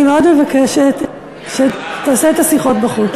אני מאוד מבקשת שתעשה את השיחות בחוץ.